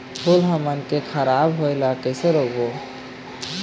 फूल हमन के खराब होए ले कैसे रोकबो?